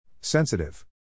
Sensitive